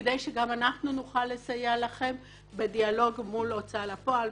כדי שגם אנחנו נוכל לסייע לכם בדיאלוג מול ההוצאה לפועל,